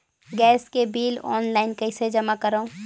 Gas के bill online कइसे जमा करव?